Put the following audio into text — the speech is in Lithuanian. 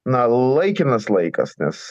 na laikinas laikas nes